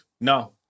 No